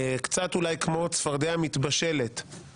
קצת אולי כמו צפרדע מתבשלת,